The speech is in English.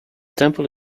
temple